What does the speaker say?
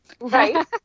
Right